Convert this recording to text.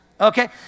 Okay